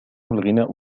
الغناء